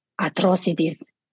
atrocities